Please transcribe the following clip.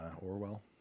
Orwell